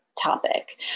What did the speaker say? topic